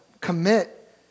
commit